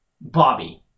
Bobby